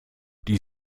die